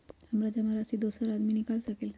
हमरा जमा राशि दोसर आदमी निकाल सकील?